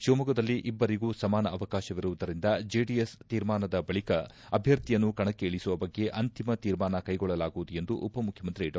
ಶಿವಮೊಗ್ಗದಲ್ಲಿ ಇಬ್ಬರಿಗೂ ಸಮಾನ ಅವಕಾಶವಿರುವುದರಿಂದ ಜೆಡಿಎಸ್ ತೀರ್ಮಾನದ ಬಳಕ ಅಭ್ಯರ್ಥಿಯನ್ನು ಕಣಕ್ಕೆ ಇಳಿಸುವ ಬಗ್ಗೆ ಅಂತಿಮ ತೀರ್ಮಾನ ಕೈಗೊಳ್ಳಲಾಗುವುದು ಎಂದು ಉಪ ಮುಖ್ಯಮಂತ್ರಿ ಡಾ